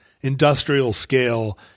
industrial-scale